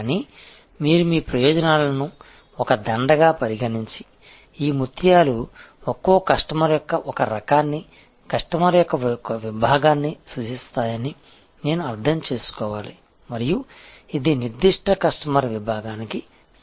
కానీ మీరు మీ ప్రయోజనాలను ఒక దండగా పరిగణించి ఈ ముత్యాలు ఒక్కో కస్టమర్ యొక్క ఒక రకాన్ని కస్టమర్ యొక్క ఒక విభాగాన్ని సూచిస్తాయని నేను అర్థం చేసుకోవాలి మరియు ఇది నిర్దిష్ట కస్టమర్ విభాగానికి సరిపోయే సమర్పణ